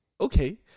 okay